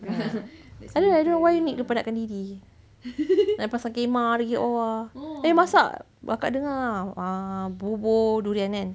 ah I don't know why dia nak penatkan diri nak pasang khemah lagi dekat bawah tapi masak kakak dengar bubur durian kan